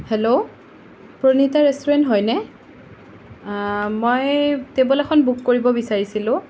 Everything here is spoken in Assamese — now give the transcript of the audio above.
হেল্ল' প্ৰণীতা ৰেষ্টুৰেণ্ট হয়নে মই টেবুল এখন বুক কৰিব বিচাৰিছিলোঁ